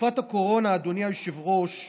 בתקופת הקורונה, אדוני היושב-ראש,